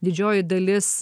didžioji dalis